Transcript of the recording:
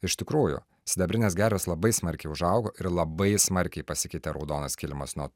iš tikrųjų sidabrinės gervės labai smarkiai užaugo ir labai smarkiai pasikeitė raudonas kilimas nuo